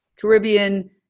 Caribbean